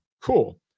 Cool